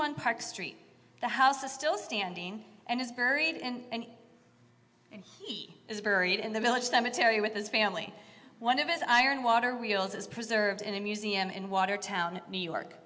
one park street the house is still standing and is buried and and he is buried in the village cemetery with his family one of its iron water wheels is preserved in a museum in watertown new york